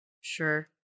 Sure